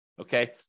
okay